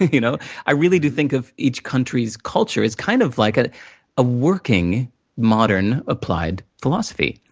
you know i really do think of each country's culture as kind of like ah a working modern, applied philosophy.